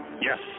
Yes